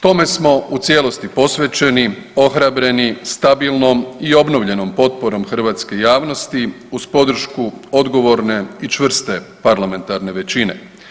Tome smo u cijelosti posvećeni, ohrabreni stabilnom i obnovljenom potporom hrvatske javnosti uz podršku odgovorne i čvrste parlamentarne većine.